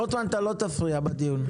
רוטמן, אתה לא תפריע בדיון.